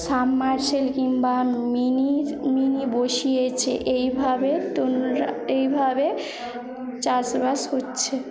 submersible কিংবা মিনির mini বসিয়েছে এইভাবে তোমরা এইভাবে চাষবাস হচ্ছে